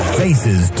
faces